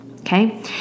Okay